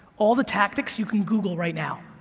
all the tactics you can google right now,